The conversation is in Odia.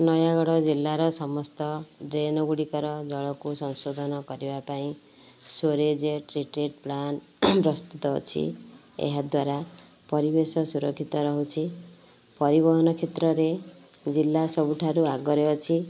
ନୟାଗଡ଼ ଜିଲ୍ଲାର ସମସ୍ତ ଡ୍ରେନ୍ ଗୁଡ଼ିକର ଜଳକୁ ସଂଶୋଧନ କରିବା ପାଇଁ ସ୍ୱିରେଜ୍ ଟ୍ରିଟେଡ଼୍ ପ୍ଲାଣ୍ଟ ପ୍ରସ୍ତୁତ ଅଛି ଏହାଦ୍ୱାରା ପରିବେଶ ସୁରକ୍ଷିତ ରହୁଛି ପରିବହନ କ୍ଷେତ୍ରରେ ଜିଲ୍ଲା ସବୁଠାରୁ ଆଗରେ ଅଛି